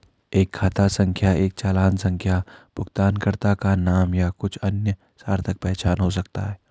एक खाता संख्या एक चालान संख्या भुगतानकर्ता का नाम या कुछ अन्य सार्थक पहचान हो सकता है